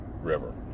river